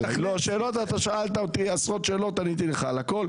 שאלת אותי עשרות שאלות ועניתי לך על הכול.